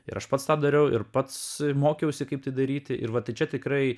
ir aš pats tą dariau ir pats mokiausi kaip tai daryti ir vat čia tikrai